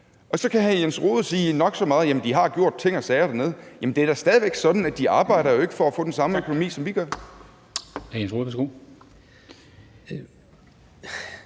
Og så kan hr. Jens Rohde sige nok så meget og sige: Jamen vi har gjort ting og sager dernede. Men det er da stadig væk sådan, at de jo ikke arbejder for at få den samme økonomi, som vi gør.